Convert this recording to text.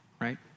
right